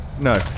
No